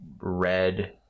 red